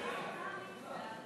חברי הכנסת